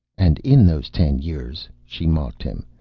and in those ten years, she mocked him,